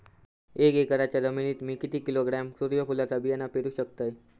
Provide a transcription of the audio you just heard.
एक एकरच्या जमिनीत मी किती किलोग्रॅम सूर्यफुलचा बियाणा पेरु शकतय?